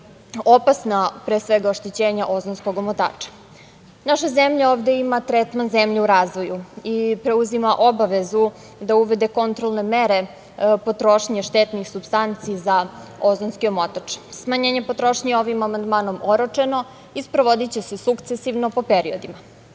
opasna oštećenja ozonskog omotača. Naša zemlja ovde ima tretman zemlje u razvoju i preuzima obavezu da uvede kontrolne mere potrošnje štetnih supstanci za ozonski omotač. Smanjenje potrošnje ovim amandmanom je oročeno i sprovodiće se sukcesivno po periodima.